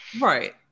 Right